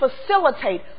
facilitate